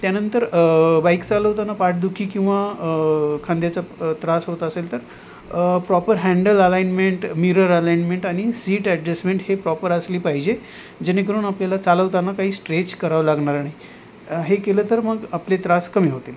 त्यानंतर बाईक चालवताना पाठदुखी किंवा खांद्याचा त्रास होत असेल तर proper handle alignment mirror alignment आणि सीट ॲडजेस्टमेंट हे प्रॉपर असली पाहिजे जेणेकरून आपल्याला चालवताना काही स्ट्रेच करावं लागणार नाही हे केलं तर मग आपले त्रास कमी होतील